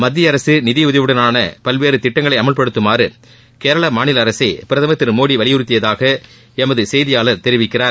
மத்திய அரசு நிதியுதவியுடனான பல்வேறு திட்டங்களை அமவ்படுத்துமாறு கேரள மாநில அரசை பிரதமர் திரு மோடி வலியுறுத்தியதாக எமது செய்தியாளர் தெரிவிக்கிறார்